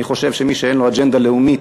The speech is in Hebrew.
אני חושב שמי שאין לו אג'נדה לאומית,